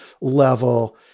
level